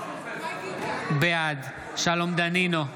בעד שלום דנינו,